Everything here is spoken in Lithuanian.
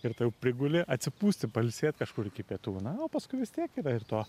ir tada jau priguli atsipūsti pailsėt kažkur iki pietų na o paskui vis tiek yra ir to